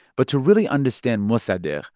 but to really understand mossadegh,